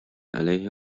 علیه